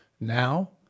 Now